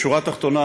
בשורה התחתונה,